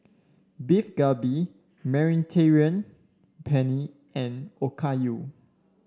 Beef Galbi Mediterranean Penne and Okayu